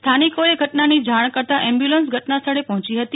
સ્થાનિકોએ ઘટનાની જાણ કરતા એમ્બ્યુલન્સ ઘટના સ્થળે પહોચી હતી